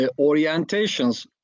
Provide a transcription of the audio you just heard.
orientations